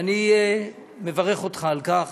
ואני מברך אותך על כך.